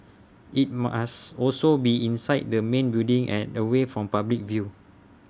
IT must also be inside the main building and away from public view